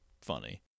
funny